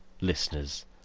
listeners